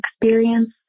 experience